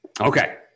Okay